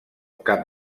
cap